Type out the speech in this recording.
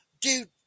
dude